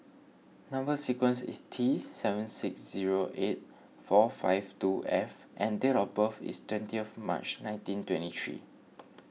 Number Sequence is T seven six zero eight four five two F and date of birth is twentieth March nineteen twenty three